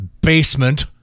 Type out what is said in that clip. basement